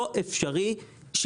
חוסר האמון הזה לא אפשרי.